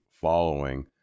following